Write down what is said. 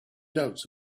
doubts